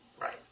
Right